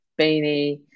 beanie